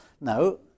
No